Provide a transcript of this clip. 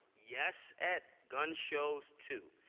yes, at gun shows, too.